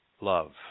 love